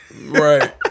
Right